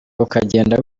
ukagenda